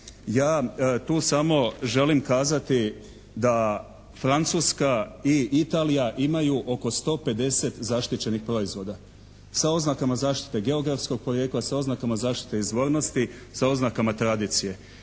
vam tu samo želim kazati da Francuska i Italija imaju oko 150 zaštićenih proizvoda sa oznakama zaštite geografskog porijekla, sa oznakama zaštite izvornosti, sa oznakama tradicije.